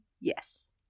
Yes